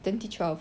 twenty twelve